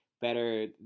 better